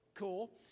cool